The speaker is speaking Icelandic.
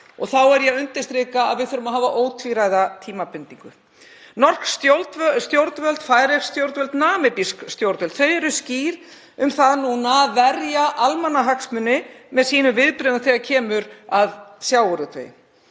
Þá er ég að undirstrika að við þurfum að hafa ótvíræða tímabindingu. Norsk stjórnvöld, færeysk stjórnvöld, namibísk stjórnvöld eru skýr um það núna að verja almannahagsmuni með viðbrögðum sínum þegar kemur að sjávarútvegi.